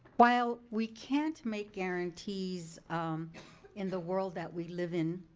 while we can't make guarantees in the world that we live in,